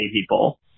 people